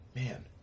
Man